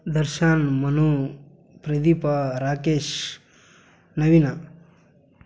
Darshan Manu Pradeep Rakesh Naveen